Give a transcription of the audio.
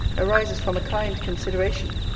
arises from a kind consideration,